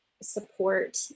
support